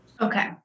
Okay